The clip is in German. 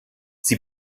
sie